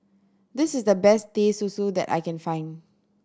this is the best Teh Susu that I can find